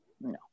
no